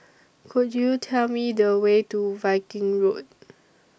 Could YOU Tell Me The Way to Viking Road